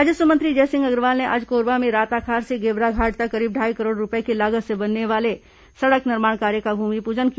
राजस्व मंत्री जयसिंह अग्रवाल ने आज कोरबा में राताखार से गेवरा घाट तक करीब ढाई करोड़ रूपये की लागत से बनने वाले सड़क निर्माण कार्य का भूमिपूजन किया